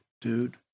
dude